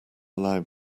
loud